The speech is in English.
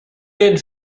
did